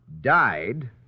Died